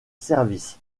service